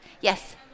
Yes